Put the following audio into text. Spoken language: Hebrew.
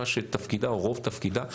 תפקידה או רוב תפקידה,